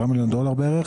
של 10 מיליון דולר בערך.